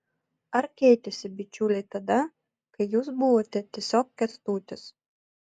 ar keitėsi bičiuliai tada kai jūs buvote tiesiog kęstutis